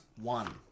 one